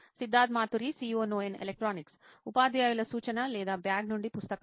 Siddharth Maturi CEO నోయిన్ electronics ఉపాధ్యాయుల సూచన లేదా బ్యాగ్ నుండి పుస్తకాలు